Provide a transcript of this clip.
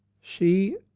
she,